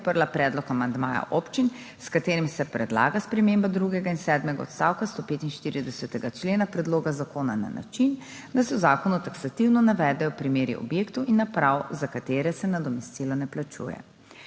podprla predlog amandmaja občin, s katerim se predlaga sprememba drugega in sedmega odstavka 145. člena predloga zakona na način, da se v zakonu taksativno navedejo primeri objektov in naprav, za katere se nadomestilo ne plačuje.